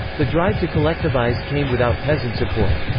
the drive to collectivize came without peasant support.